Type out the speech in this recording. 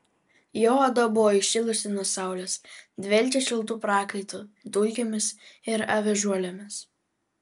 jo oda buvo įšilusi nuo saulės dvelkė šiltu prakaitu dulkėmis ir avižuolėmis